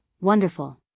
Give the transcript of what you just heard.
wonderful